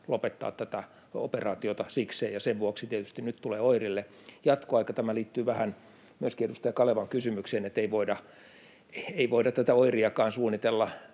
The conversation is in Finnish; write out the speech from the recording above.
lopettaa tätä operaatiota sikseen, ja sen vuoksi tietysti nyt tulee OIRille jatkoaika. Tämä liittyy vähän myöskin edustaja Kalevan kysymykseen, että ei voida tätä OIRiakaan suunnitella